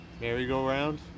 merry-go-round